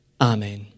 Amen